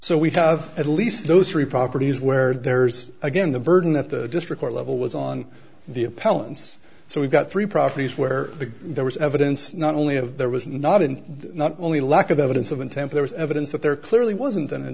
so we have at least those three properties where there's again the burden that the district level was on the appellant's so we've got three properties where there was evidence not only of there was not in not only lack of evidence of intent there was evidence that there clearly wasn't an in